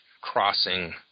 crossing